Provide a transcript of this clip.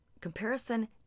Comparison